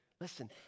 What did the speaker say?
Listen